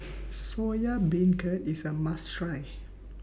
Soya Beancurd IS A must Try